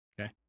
Okay